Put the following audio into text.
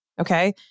Okay